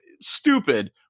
stupid